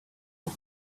hot